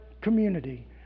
community